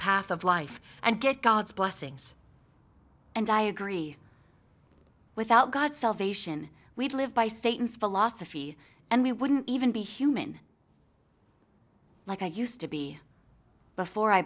path of life and get god's blessings and i agree without god's salvation we'd live by satan's philosophy and we wouldn't even be human like i used to be before i